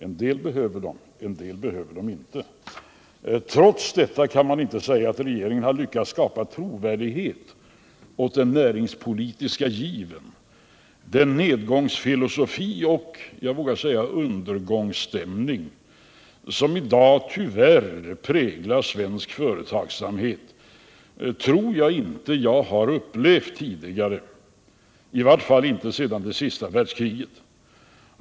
En del behöver dem — en del behöver dem inte. Trots detta kan man inte säga att regeringen har lyckats skapa trovärdighet åt den näringspolitiska given. Den nedgångsfilosofi och, jag vågar säga, undergångsstämning som i dag tyvärr präglar svensk företagsamhet tror jag inte jag har upplevt tidigare, i vart fall inte sedan det senaste världskriget.